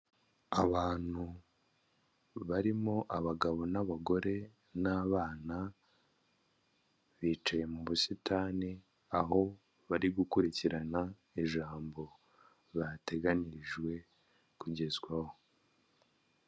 Abantu barimo abagabo n'abagore n'abana, bicaye mu busitani aho bari gukurikirana ijambo bateganirijwe kugezwaho.